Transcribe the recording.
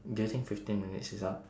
do you think fifteen minutes is up